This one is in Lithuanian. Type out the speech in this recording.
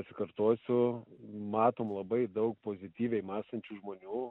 pasikartosiu matome labai daug pozityviai mąstančių žmonių